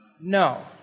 No